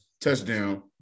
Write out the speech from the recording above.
touchdown